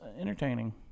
entertaining